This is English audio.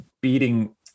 beating